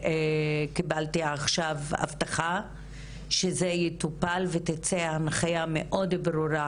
קיבלתי עכשיו הבטחה שזה יטופל ותצא הנחיה מאוד ברורה